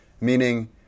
Meaning